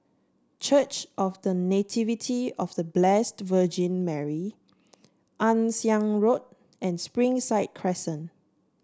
Church of The Nativity of The Blessed Virgin Mary Ann Siang Road and Springside Crescent